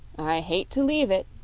i hate to leave it,